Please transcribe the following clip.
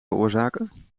veroorzaken